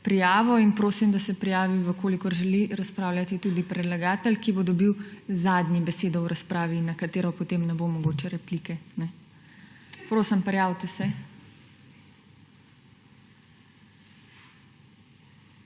prijavo in prosim, da se prijavi, če želi razpravljati, tudi predlagatelj, ki bo dobil zadnji besedo v razpravi, na katero potem ne bo mogoča replika. Prosim, prijavite se.